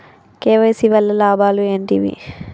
KYC వల్ల లాభాలు ఏంటివి?